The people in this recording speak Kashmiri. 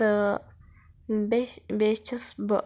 تہٕ بیٚیہِ بیٚیہِ چھَس بہٕ